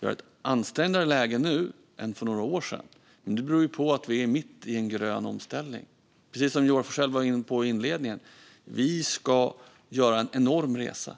Vi har ett mer ansträngt läge nu än för några år sedan. Men det beror på att vi är mitt i en grön omställning. Precis som Joar Forssell var inne på i inledningen ska vi göra en enorm resa.